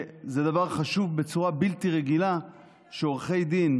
זה דבר חשוב בצורה בלתי רגילה שעורכי דין,